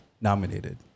nominated